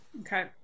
Okay